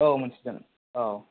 औ मोनसिगोन औ